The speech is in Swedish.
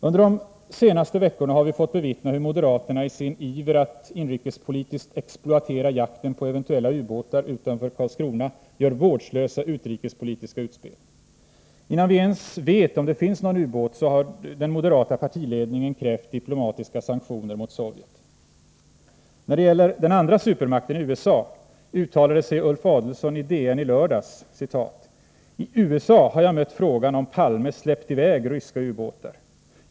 Under de senaste veckorna har vi fått bevittna hur moderaterna i sin iver att inrikespolitiskt exploatera jakten på eventuella ubåtar utanför Karlskrona gör vårdslösa utrikespolitiska utspel. Innan vi ens vet om det finns någon ubåt har den moderata partiledningen krävt diplomatiska sanktioner mot Sovjet. När det gäller den andra supermakten, USA, uttalade sig Ulf Adelsohn i DNilördags: ”I USA har jag mött frågan om Palme släppt iväg ryska ubåtar.